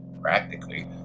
practically